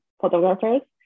photographers